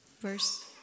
verse